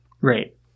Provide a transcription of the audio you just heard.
Right